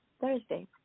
Thursday